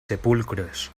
sepulcros